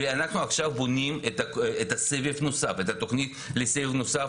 אנחנו עכשיו בונים את התוכנית לסבב נוסף